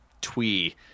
twee